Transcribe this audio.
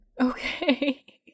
Okay